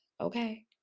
Okay